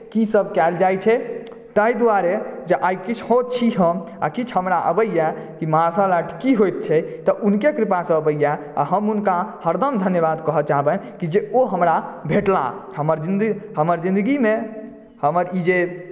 कीसभ कयल जाइत छै ताहि द्वारे जे आइ किछुओ छी हम आ किछु हमरा अबैए कि मार्शल आर्ट की होइत छै तऽ हुनके कृपासँ अबैए आ हम हुनका हरदम धन्यवाद कहय चाहबनि जे कि ओ हमरा भेटलाह हमर जिन्दगी हमर जिन्दगीमे हमर ई जे